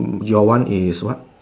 your one is what